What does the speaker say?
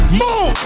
move